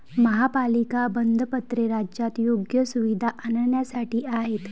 महापालिका बंधपत्रे राज्यात योग्य सुविधा आणण्यासाठी आहेत